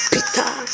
Peter